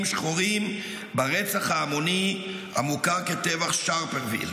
שחורים ברצח ההמוני המוכר כטבח שארפוויל.